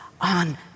on